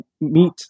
meet